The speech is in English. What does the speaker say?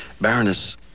Baroness